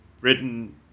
written